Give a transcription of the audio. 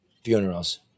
funerals